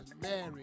married